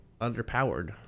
underpowered